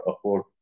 afford